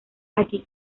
aquí